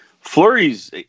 Flurries